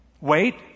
Wait